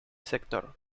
sector